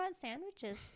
sandwiches